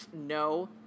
No